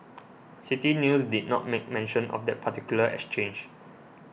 City News did not make mention of that particular exchange